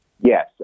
Yes